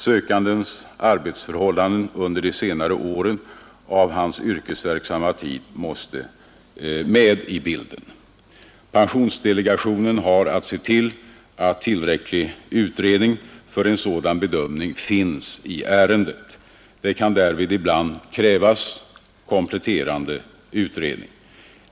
Sökandens arbetsförhållanden under de senare åren av hans yrkesverksamma tid måste med i bilden. Pensionsdelegationen har att se till att tillräcklig utredning för en sådan bedömning finns i ärendet. Det kan därvid ibland krävas kompletterande utredning.